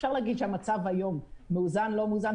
אפשר להגיד שהמצב היום מאוזן או לא מאוזן.